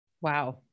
Wow